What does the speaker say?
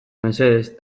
mesedez